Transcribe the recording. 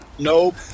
nope